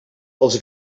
els